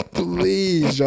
please